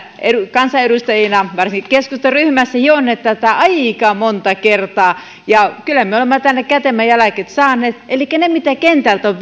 kansanedustajina varsinkin keskustan ryhmässä hioneet tätä aika monta kertaa ja kyllä me olemme tänne kätemme jäljet saaneet elikkä niitä viestejä joita on